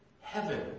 Heaven